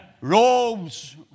robes